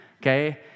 okay